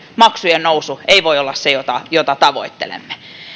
maksujen nousu vähävaraisille ihmisille ei voi olla se mitä tavoittelemme